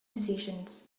decisions